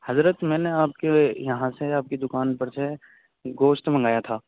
حضرت میں نے آپ کے یہاں سے آپ کی دکان پر سے گوشت منگایا تھا